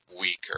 weaker